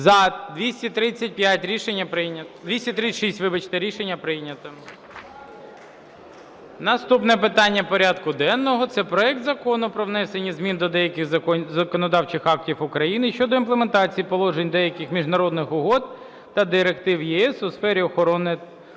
вибачте. Рішення прийнято. Наступне питання порядку денного – це проект Закону про внесення змін до деяких законодавчих актів України (щодо імплементації положень деяких міжнародних угод та директив ЄС у сфері охорони